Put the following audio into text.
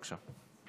בבקשה.